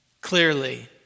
clearly